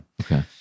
Okay